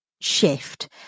shift